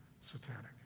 satanic